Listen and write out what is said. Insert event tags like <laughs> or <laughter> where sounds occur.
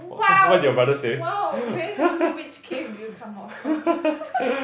!wow! !wow! hey there which cave did you come out from <laughs>